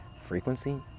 frequency